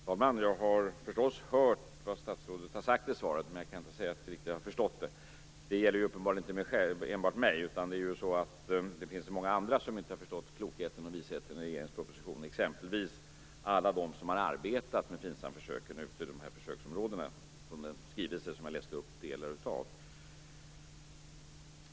Fru talman! Jag har förstås hört vad statsrådet har sagt i svaret, men jag kan inte säga att jag riktigt har förstått det. Det gäller uppenbarligen inte enbart mig, utan det finns många andra som inte heller har förstått klokheten och visheten i regeringens proposition, exempelvis alla de som har arbetat med FINSAM försöken ute i försöksområdena, vilket framgår av den skrivelse som jag läste upp delar av.